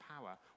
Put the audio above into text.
power